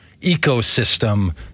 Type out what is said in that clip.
ecosystem